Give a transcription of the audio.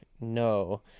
No